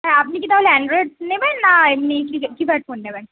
হ্যাঁ আপনি কি তাহলে অ্যানড্রয়েড নেবেন না এমনি কি কীপ্যাড ফোন নেবেন